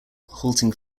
halting